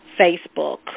Facebook